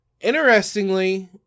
Interestingly